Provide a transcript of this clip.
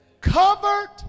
Covered